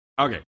Okay